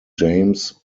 james